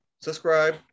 subscribe